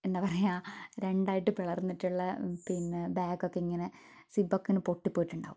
എന്താ പറയുക രണ്ടായിട്ട് പിളർന്നിട്ടുള്ള പിന്നെ ബാഗൊക്കെ ഇങ്ങനെ സിബ്ബൊക്കെ ഇങ്ങനെ പൊട്ടിപ്പോയിട്ടുണ്ടാവും